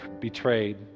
betrayed